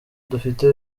dufite